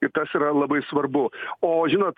ir tas yra labai svarbu o žinot